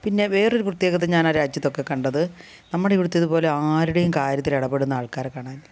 പിന്നെ വേറൊരു പ്രത്യേകത ഞാൻ ആ രാജ്യത്തൊക്കെ കണ്ടത് നമ്മടെ ഇവിടുത്തേത് പോലെ ആരുടേയും കാര്യത്തിലിടപെടുന്ന ആൾക്കാരെ കാണാനില്ല